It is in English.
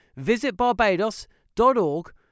visitbarbados.org